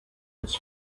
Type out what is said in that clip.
its